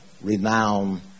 renowned